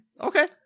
Okay